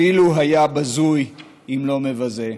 אפילו היה בזוי, אם לא מבזה".